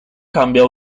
cambio